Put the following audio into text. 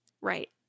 Right